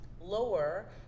lower